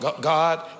God